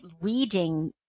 reading